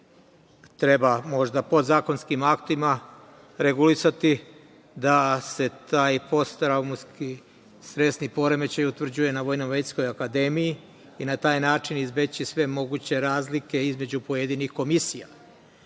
možda podzakonskim aktima regulisati da se taj postraumatski stresni poremećaj utvrđuje na VMA i na taj način izbeći sve moguće razlike između pojedinih komisija